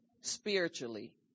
spiritually